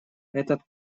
этот